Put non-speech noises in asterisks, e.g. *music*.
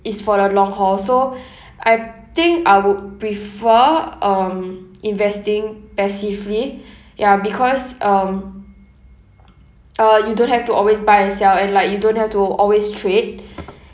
is for the long haul so I think I would prefer um investing passively ya because um *noise* uh you don't have to always buy and sell and like you don't have to always trade *breath*